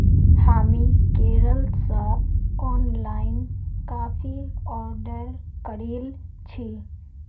हामी केरल स ऑनलाइन काफी ऑर्डर करील छि